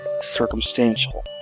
circumstantial